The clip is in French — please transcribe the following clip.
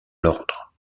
l’ordre